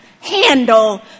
handle